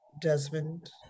Desmond